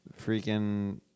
freaking